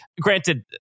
Granted